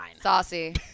saucy